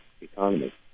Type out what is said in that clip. economy